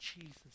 Jesus